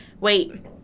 wait